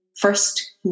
first